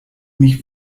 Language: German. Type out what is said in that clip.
mich